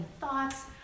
thoughts